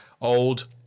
old